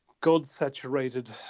God-saturated